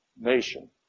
nation